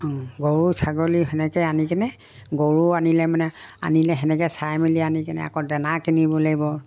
গৰু ছাগলী তেনেকৈ আনি কিনে গৰু আনিলে মানে আনিলে তেনেকৈ চাই মেলি আনি কিনে আকৌ দানা কিনিব লাগিব